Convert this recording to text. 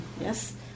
yes